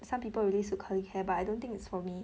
some people really suit curly hair but I don't think it's for me